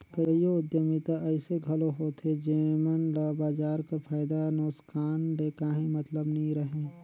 कइयो उद्यमिता अइसे घलो होथे जेमन ल बजार कर फयदा नोसकान ले काहीं मतलब नी रहें